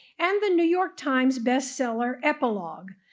and the new york times bestseller, epilogue,